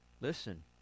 Listen